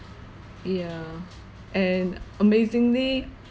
yeah and amazingly